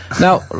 Now